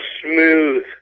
smooth